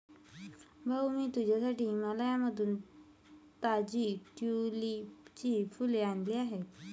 भाऊ, मी तुझ्यासाठी हिमाचलमधून ताजी ट्यूलिपची फुले आणली आहेत